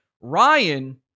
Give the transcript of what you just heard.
Ryan